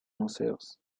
museos